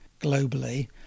globally